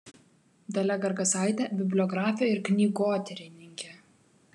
dalia gargasaitė bibliografė ir knygotyrininkė